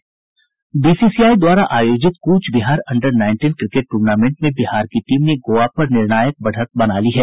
BCI द्वारा आयोजित Cooch Behar under nineteen cricket tournament में बिहार की टीम ने गोवा पर निर्णायक बढ़त बना ली है